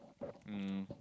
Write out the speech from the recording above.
um